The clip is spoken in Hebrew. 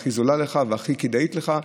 הכי זולה לך והכי כדאית לך,